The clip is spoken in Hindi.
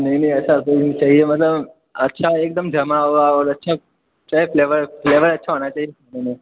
नहीं नहीं ऐसा तो नहीं चाहिए मतलब अच्छा हो एकदम जमा हुआ हो और अच्छा फ्लेवर अच्छा होना चाहिए इसमें